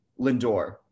Lindor